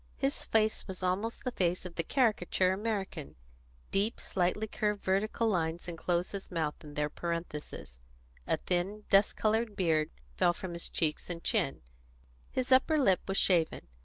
his face was almost the face of the caricature american deep, slightly curved vertical lines enclosed his mouth in their parenthesis a thin, dust-coloured beard fell from his cheeks and chin his upper lip was shaven.